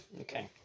Okay